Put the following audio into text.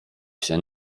się